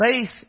Faith